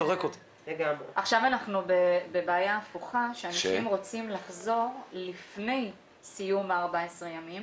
עכשיו אנחנו בבעיה הפוכה שאנשים רוצים לחזור לפני סיום ה-14 ימים